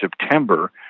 September